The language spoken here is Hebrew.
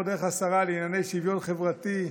עבור דרך השרה לענייני שוויון חברתי,